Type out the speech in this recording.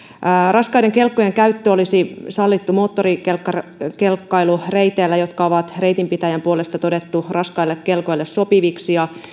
raskaiden kelkkojen käyttö olisi sallittua moottorikelkkailureiteillä jotka on reitinpitäjän puolesta todettu raskaille kelkoille sopiviksi